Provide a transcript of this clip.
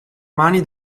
mani